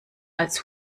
als